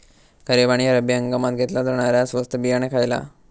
खरीप आणि रब्बी हंगामात घेतला जाणारा स्वस्त बियाणा खयला?